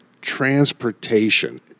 transportation